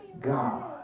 God